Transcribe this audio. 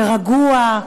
ורגוע,